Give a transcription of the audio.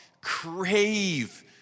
crave